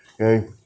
okay